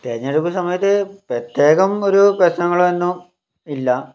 തിരഞ്ഞെടുപ്പ് സമയത്ത് പ്രത്യേകം ഒരു പ്രശ്നങ്ങൾ ഒന്നും ഇല്ല